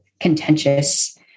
contentious